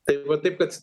tai va taip kad